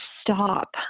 stop